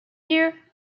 year